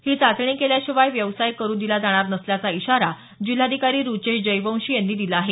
ही चाचणी केल्याशिवाय व्यवसाय करू दिला जाणार नसल्याचा इशारा जिल्हाधिकारी रूचेश जयवंशी यांनी दिला आहे